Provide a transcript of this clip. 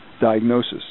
diagnosis